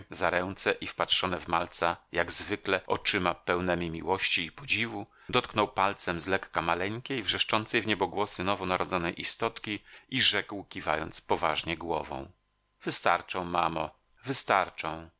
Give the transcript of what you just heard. za ręce i wpatrzone w malca jak zwykle oczyma pełnemi miłości i podziwu dotknął palcem zlekka maleńkiej wrzeszczącej wniebogłosy nowo narodzonej istotki i rzekł kiwając poważnie głową wystarczą mamo wystarczą